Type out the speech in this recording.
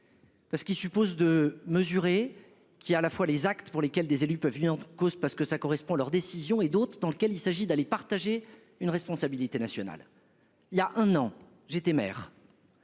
Ce qui suppose de mesurer qui à la fois les actes pour lesquels des élus peu viande cause parce que ça correspond leur décision et d'autre dans lequel il s'agit d'aller partager une responsabilité nationale. Il y a un an, j'étais maire.